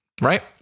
right